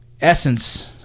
essence